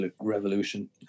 revolution